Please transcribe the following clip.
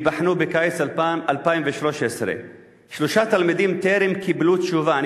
וייבחנו בקיץ 2013. שלושה תלמידים טרם קיבלו תשובה,